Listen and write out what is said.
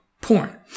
porn